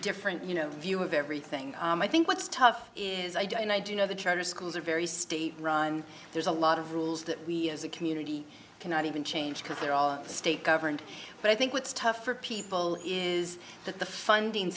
different you know view of everything and i think what's tough is i don't i do know the charter schools are very state run there's a lot of rules that we as a community cannot even change because there are state governed but i think what's tough for people is that the funding